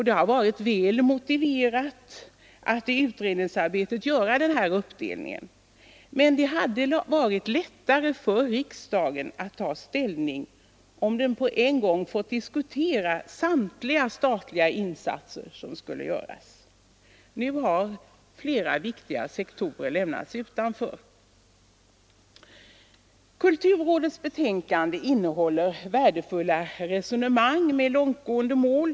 Det har varit väl motiverat att i utredningsarbetet göra den uppdelningen. Men det hade varit lättare för riksdagen att ta ställning om den på en gång fått diskutera samtliga statliga insatser som skulle göras. Nu har flera viktiga sektorer lämnats utanför. Kulturrådets betänkande innehåller värdefulla resonemang med långtgående mål.